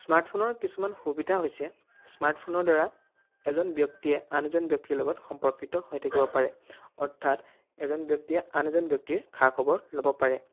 স্মাৰ্টফোনৰ কিছুমান সুবিধা হৈছে স্মাৰ্টফোনৰ দ্বাৰা এজন ব্যক্তিয়ে আন এজন ব্যক্তিৰ লগত সম্পৰ্কিত হৈ থাকিব পাৰে অৰ্থাৎ এজন ব্যক্তিয়ে আন এজন ব্যক্তিৰ খা খবৰ ল'ব পাৰে